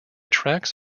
tracks